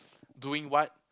doing what